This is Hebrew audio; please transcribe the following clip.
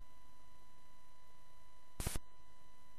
שני,